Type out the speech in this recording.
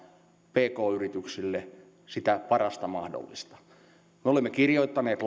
pk yrityksille sitä parasta mahdollista me olemme kirjoittaneet